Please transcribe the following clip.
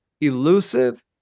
elusive